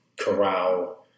corral